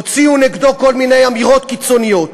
הוציאו נגדו כל מיני אמירות קיצוניות.